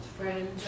friend